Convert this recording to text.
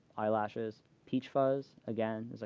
eye lashes, peach fuzz, again,